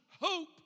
hope